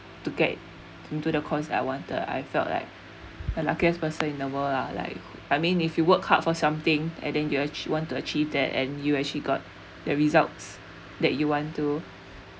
to get into the course that I wanted I felt like the luckiest person in the world lah like I mean if you work hard for something and then you want to achieve that and you actually got the results that you want to